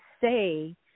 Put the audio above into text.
say